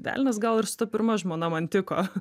velnias gal ir su ta pirma žmona man tiko